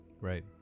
Right